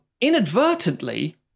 inadvertently